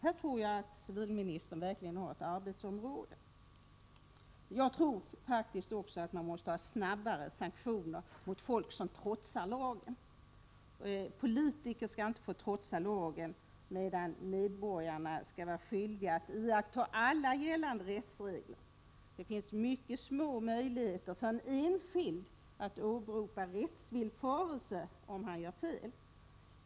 Där tror jag civilministern verkligen har ett arbetsområde. Jag tror också att man måste ha snabbare sanktioner mot människor som trotsar lagen. Politiker skall inte få trotsa lagen medan medborgarna skall vara skyldiga att iaktta alla gällande rättsregler. Det finns mycket små möjligheter för en enskild att åberopa rättsvillfarelse om han gör fel.